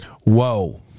whoa